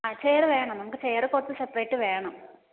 ആ ചെയർ വേണം നമുക്ക് ചെയർ കുറച്ച് സെപ്പറേറ്റ് വേണം